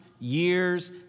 years